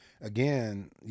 again